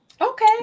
okay